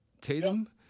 Tatum